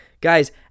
Guys